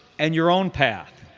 and your own path,